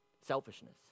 Selfishness